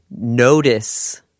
notice